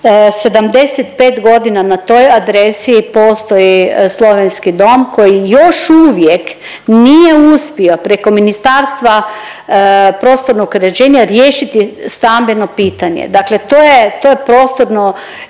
75 godina na toj adresi postoji Slovenski dom koji još uvijek nije uspio preko Ministarstva prostornog uređenja riješiti stambeno pitanje. Dakle, to je, to je prostorno